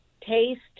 taste